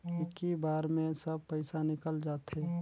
इक्की बार मे सब पइसा निकल जाते?